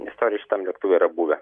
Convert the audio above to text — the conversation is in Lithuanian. istorijų šitam lėktuve yra buvę